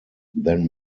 then